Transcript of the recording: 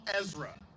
Ezra